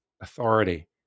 authority